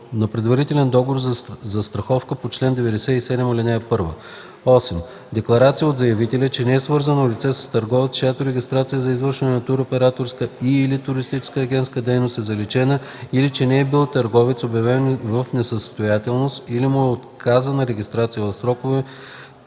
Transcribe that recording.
на предварителен договор за застраховка по чл. 97, ал. 1; 8. декларация от заявителя, че не е свързано лице с търговец, чиято регистрация за извършване на туроператорска и/или туристическа агентска дейност е заличена или че не е бил търговец, обявен в несъстоятелност, или му е отказана регистрация в сроковете